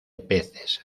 peces